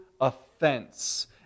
offense